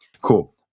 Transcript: cool